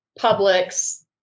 Publix